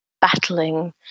battling